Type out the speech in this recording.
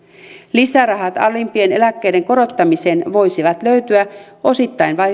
lisärahat alimpien eläkkeiden korottamiseen voisivat löytyä osittain